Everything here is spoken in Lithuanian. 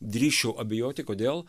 drįsčiau abejoti kodėl